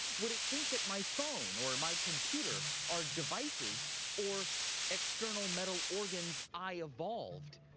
would it think that my phone or my computer are devices or external metal organs i evolved?